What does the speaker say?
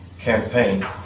campaign